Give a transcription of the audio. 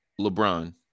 LeBron